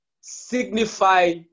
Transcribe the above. signify